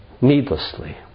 Needlessly